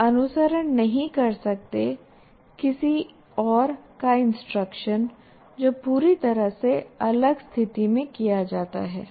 आप अनुसरण नहीं कर सकते किसी और का इंस्ट्रक्शन जो पूरी तरह से अलग स्थिति में किया जाता है